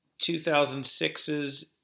2006's